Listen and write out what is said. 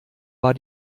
war